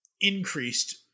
increased